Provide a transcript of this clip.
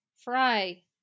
Fry